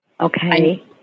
Okay